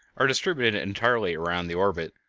are distributed entirely around the orbit,